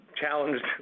challenged